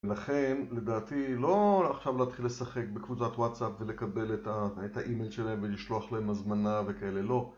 לכן, לדעתי, לא עכשיו להתחיל לשחק בקבוצת וואטסאפ ולקבל את האימייל שלהם ולשלוח להם הזמנה וכאלה. לא.